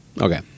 okay